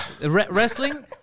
Wrestling